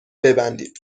ببندید